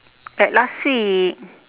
like last week